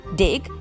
dig